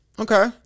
Okay